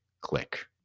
click